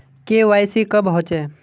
KYC कब होचे?